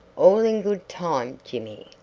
all in good time, jimmy,